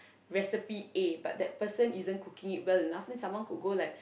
recipe A but that person isn't cooking it well enough then someone could go like